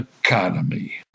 economy